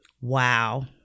Wow